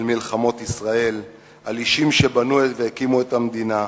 על מלחמות ישראל, על אישים שבנו והקימו את המדינה.